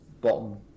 bottom